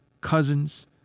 Cousins